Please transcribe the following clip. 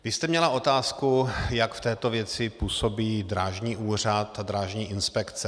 Vy jste měla otázku, jak v této věci působí Drážní úřad a Drážní inspekce.